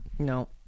No